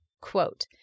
Quote